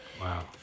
Wow